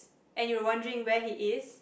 and you're wondering where he is